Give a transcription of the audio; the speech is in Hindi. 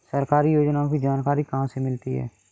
सरकारी योजनाओं की जानकारी कहाँ से मिलती है?